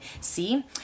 see